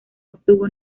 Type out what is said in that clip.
obtuvo